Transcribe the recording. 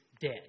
dead